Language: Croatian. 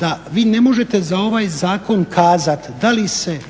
da vi ne možete za ovaj zakon kazati da li se